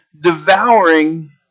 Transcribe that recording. devouring